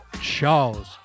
Charles